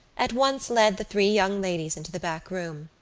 at once led the three young ladies into the back room.